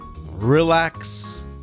relax